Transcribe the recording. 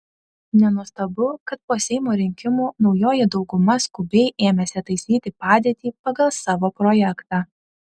nenuostabu kad po seimo rinkimų naujoji dauguma skubiai ėmėsi taisyti padėtį pagal savo projektą